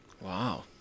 Wow